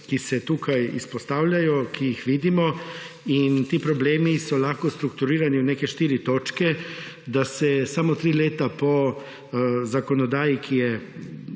ki se tukaj izpostavljajo, ki jih vidimo. Ti problemi so lahko strukturirani v neke štiri točke, da se samo tri leta po zakonodaji, ki je